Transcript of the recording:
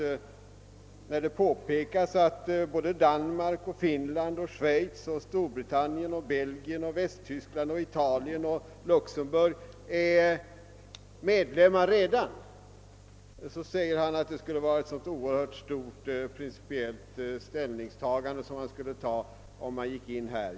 När det påpekas att Danmark, Finland, Schweiz, Storbritannien, Belgien, Västtyskland, Italien och Luxemburg redan är medlemmar av IUCN säger herr Alemyr att det skulle röra sig om ett så oerhört stort principiellt ställningstagande, om Sverige gick in som medlem.